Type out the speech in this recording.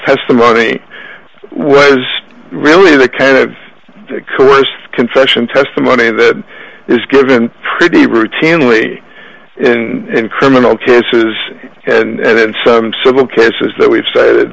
testimony was really the kind of course confession testimony that is given pretty routinely and in criminal cases and in some civil cases that we've stated